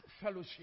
fellowship